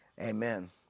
Amen